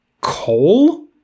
coal